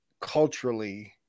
culturally